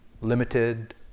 limited